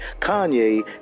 kanye